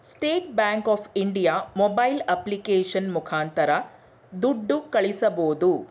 state Bank of India mobile application ಮುಖಾಂತರ ದುಡ್ಡು ಕಳಿಸಬೋದು